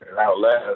outlast